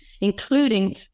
including